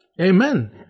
Amen